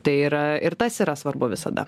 tai yra ir tas yra svarbu visada